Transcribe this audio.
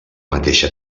mateixa